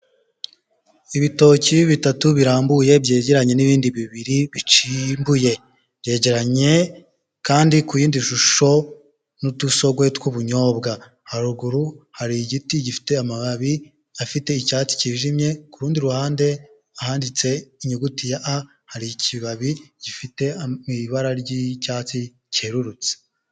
Ibitoki bitatu birambuye byegeranye n'ibindi bibiri bicimbuye byegeranye kandi ku yindi shusho n'utusogwe tw'ubunyobwa, haruguru hari igiti gifite amababi afite icyatsi cyijimye, kurundi ruhande ahanditse inyuguti ya a hari ikibabi gifite ibara ry'icyatsi cyerurutse.